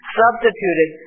substituted